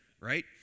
right